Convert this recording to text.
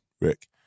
Rick